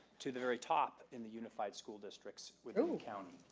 to the very top in the unified school districts within the county.